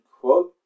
quote